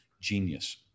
genius